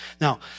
Now